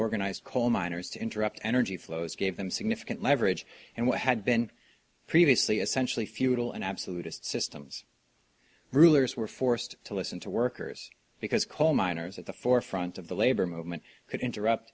organized coal miners to interrupt energy flows gave them significant leverage and what had been previously essentially feudal and absolute systems rulers were forced to listen to workers because coal miners at the forefront of the labor movement could interrupt